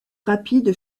rapide